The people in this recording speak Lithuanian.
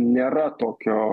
nėra tokio